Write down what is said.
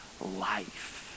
life